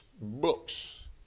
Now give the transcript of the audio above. books